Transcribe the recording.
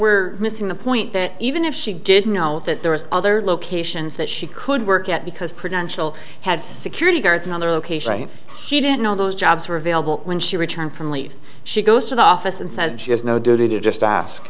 we're missing the point that even if she did know that there was other locations that she could work at because i had security guards on their location she didn't know those jobs were available when she returned from leave she goes to the office and says she has no duty to just ask